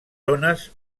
zones